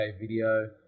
video